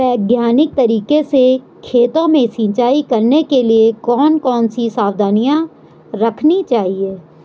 वैज्ञानिक तरीके से खेतों में सिंचाई करने के लिए कौन कौन सी सावधानी रखनी चाहिए?